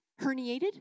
herniated